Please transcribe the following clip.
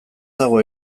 dago